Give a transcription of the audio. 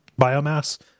biomass